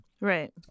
Right